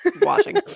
watching